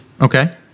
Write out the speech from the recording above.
Okay